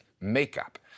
makeup